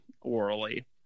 orally